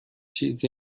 چیزی